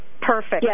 Perfect